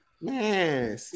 Man